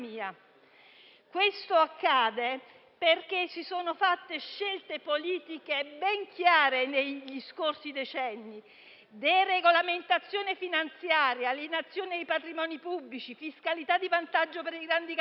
Questo accade perché si sono fatte scelte politiche ben chiare negli scorsi decenni: deregolamentazione finanziaria, alienazione di patrimoni pubblici, fiscalità di vantaggio per i grandi capitali.